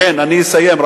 כן, אני אסיים.